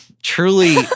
Truly